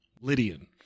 Lydian